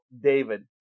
David